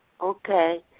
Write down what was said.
Okay